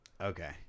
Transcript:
Okay